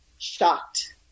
Shocked